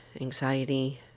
anxiety